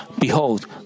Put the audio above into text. Behold